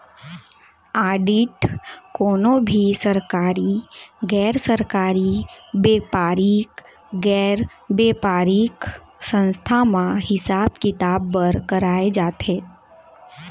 audit कोनो भी सरकारी, गैर सरकारी, बेपारिक, गैर बेपारिक संस्था म हिसाब किताब बर कराए जाथे